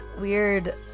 weird